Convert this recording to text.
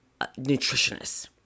nutritionist